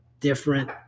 different